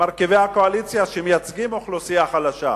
מרכיבי הקואליציה, שמייצגים אוכלוסייה חלשה.